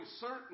certain